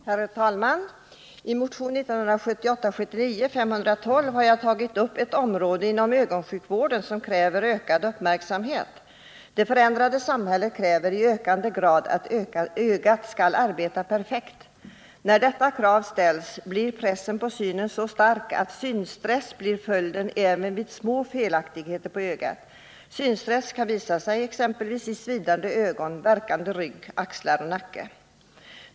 Herr talman! I motion 1978/79:512 har jag tagit upp ett område inom ögonsjukvården som kräver ökad uppmärksamhet. Det moderna samhället kräver i ökande grad att ögat skall arbeta perfekt. När detta krav ställs blir pressen på synen så stark att synstress blir följden även vid små felaktigeter på ögat. Synstress kan visa sig exempelvis i svidande ögon eller värkande rygg, axlar och nacke.